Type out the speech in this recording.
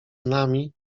nami